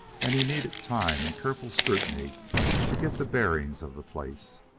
and he needed time and careful scrutiny to get the bearings of the place.